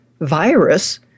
virus